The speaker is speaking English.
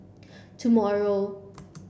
tomorrow